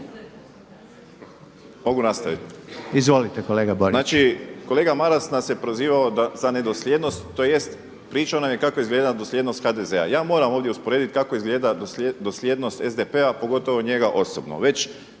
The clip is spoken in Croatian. kolega Boriću. **Borić, Josip (HDZ)** Znači kolega Maras nas je prozivao za nedosljednost tj. pričao nam je kako izgleda dosljednost HDZ-a. Ja moramo ovdje usporediti kako izgled dosljednost SDP-a pogotovo njega osobno.